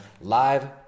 Live